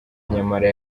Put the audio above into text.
nyamara